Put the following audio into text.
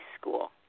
school